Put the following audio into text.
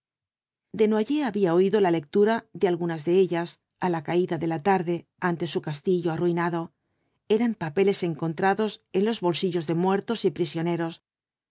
desnoyers había oído la lectura de algunas de ellas á la caída de la tarde ante su castillo arruinado eran papeles encontrados en los bolsillos de muertos y prisioneros